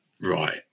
right